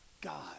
God